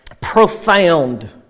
profound